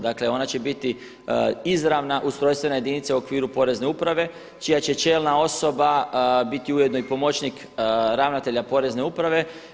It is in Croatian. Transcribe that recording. Dakle, ona će biti izravna ustrojstvena jedinica u okviru Porezne uprave čija će čelna osoba biti ujedno i pomoćnik ravnatelja Porezne uprave.